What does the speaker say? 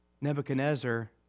Nebuchadnezzar